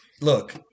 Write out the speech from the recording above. look